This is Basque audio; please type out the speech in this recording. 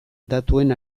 datuen